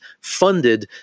funded